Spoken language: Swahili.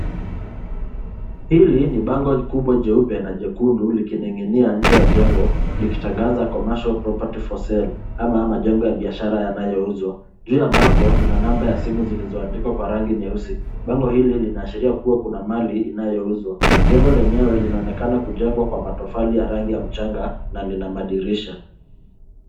Hili ni bango kubwa jeupe na jekundu likining'inia nje ya jengo likitangaza commercial property for sale ama majengo ya biashara yanayouzwa. Juu ya bango kuna namba ya simu zilizoandikwa kwa rangi nyeusi. Bango hili linaashiria kuwa kuna mali inayouzwa. Jengo lenyewe linaonekana kujengwa kwa matofali ya rangi ya mchanga na lina madirisha.